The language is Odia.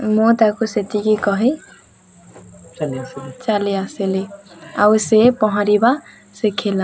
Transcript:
ମୁଁ ତାକୁ ସେତିକି କହି ଚାଲି ଆସିଲି ଚାଲି ଆସିଲି ଆଉ ସେ ପହଁରିବା ଶିଖିଲା